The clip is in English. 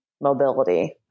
mobility